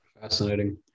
fascinating